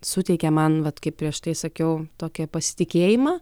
suteikia man vat kaip prieš tai sakiau tokį pasitikėjimą